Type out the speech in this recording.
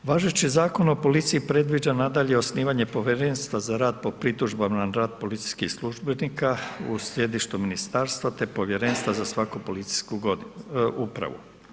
Važeći Zakon o policiji, predviđa, nadalje osnivanje povjerenstva za rad po pritužbama na rad policijskih službenika, u sjedištu ministarstva, te povjerenstva za svaku policijsku upravu.